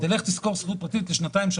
תלך תשכור שכירות פרטית לשנתיים,